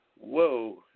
Whoa